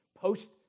post